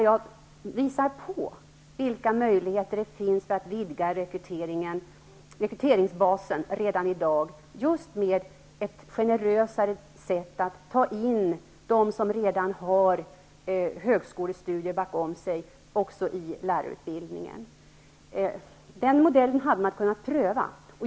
Jag visade vilka möjligheter det finns att vidga rekryteringsbasen redan i dag just genom ett generösare sätt att ta in dem som redan har högskolestudier bakom sig i lärarutbildningen. Den modellen hade man kunnat pröva.